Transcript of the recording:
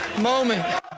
moment